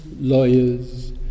lawyers